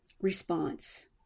response